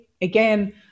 again